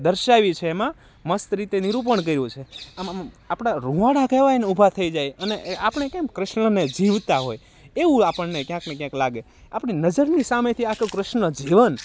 દર્શાવી છે એમાં મસ્ત રીતે નિરૂપણ કર્યું છે આમ આમ આપણા રૂંવાડા કહેવાયને ઉભા થઈ જાય અને આપણે કેમ કૃષ્ણને જીવતા હોય એવું આપણને ક્યાંકને ક્યાંક લાગે આપણી નજરની સામેથી આખો કૃષ્ણનો જીવન